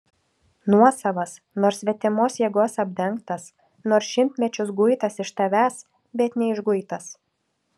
nuosavas nors svetimos jėgos apdengtas nors šimtmečius guitas iš tavęs bet neišguitas